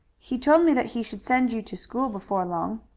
he told me that he should send you to school before long.